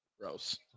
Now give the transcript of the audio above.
Gross